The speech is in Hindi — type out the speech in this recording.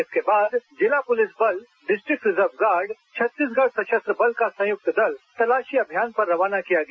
इसके बाद जिला police district reserve guard Chhattisgarh सशस्त्र बल का संयुक्त दल तलाशी अभियान पर रवाना किया गया